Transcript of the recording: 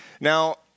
Now